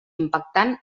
impactant